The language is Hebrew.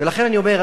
ולכן אני אומר,